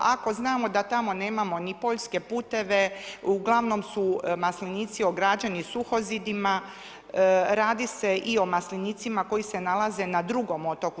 Ako znamo da tamo nemamo ni poljske puteve, uglavnom su maslenici ograđeni suhozidima, radi se i o maslinicima koji se nalaze na drugom otoku.